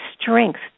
Strength